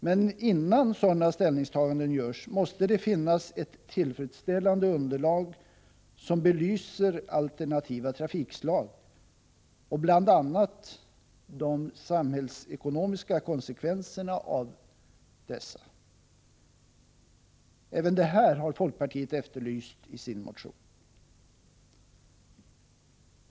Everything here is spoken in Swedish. Men innan sådana ställningstaganden görs måste det finnas ett tillfredsställande underlag som belyser alternativa trafikslag och bl.a. de samhällsekonomiska konsekvenserna av dessa. Även detta har folkpartiet efterlyst i sin motion.